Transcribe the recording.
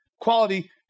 quality